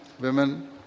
women